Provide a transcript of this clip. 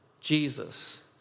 Jesus